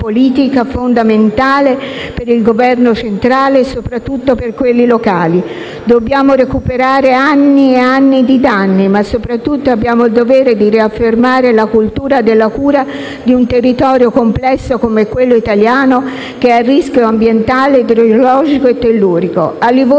politica fondamentale per il Governo centrale e - soprattutto - per quelli locali. Dobbiamo recuperare anni e anni di danni; ma soprattutto abbiamo il dovere di riaffermare la cultura della cura di un territorio complesso come quello italiano, che è a rischio ambientale, idrogeologico e tellurico. A Livorno